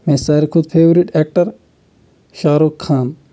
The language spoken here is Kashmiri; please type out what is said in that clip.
مےٚ ساروے کھۄتہٕ فیورِٹ ایٚکٹر شاہاروخ خان